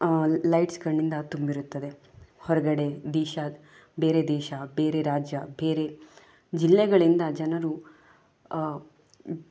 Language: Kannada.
ಲೈಟ್ಸ್ಗಳಿಂದ ತುಂಬಿರುತ್ತದೆ ಹೊರಗಡೆ ದೇಶ ಬೇರೆ ದೇಶ ಬೇರೆ ರಾಜ್ಯ ಬೇರೆ ಜಿಲ್ಲೆಗಳಿಂದ ಜನರು